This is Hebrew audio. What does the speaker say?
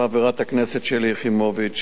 חברת הכנסת שלי יחימוביץ,